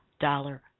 dollar